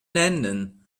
nennen